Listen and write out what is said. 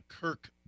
Kirk